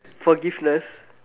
forgiveness